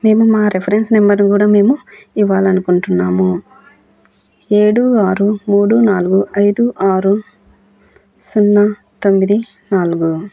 మేము మా రెఫరెన్స్ నెంబర్ని కూడా మేము ఇవ్వాలనుకుంటున్నాము ఏడు ఆరు మూడు నాలుగు ఐదు ఆరు సున్నా తొమ్మిది నాలుగు